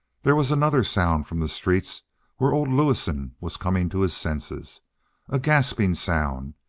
there was another sound from the street where old lewison was coming to his senses a gasping, sound,